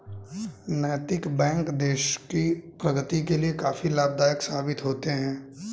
नैतिक बैंक देश की प्रगति के लिए काफी लाभदायक साबित होते हैं